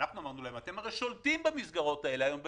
אמרנו להם: אתם הרי שולטים במסגרות האלה היום ב-100%,